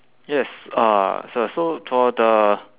yes uh sir so for the